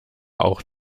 auch